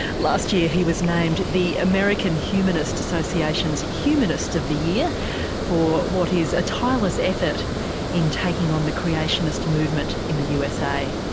last year he was named the american humanist association's humanist of the year for what is a tireless effort in taking on the creationist movement in the usa.